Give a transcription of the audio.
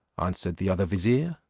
answered the other vizier,